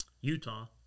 Utah